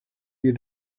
you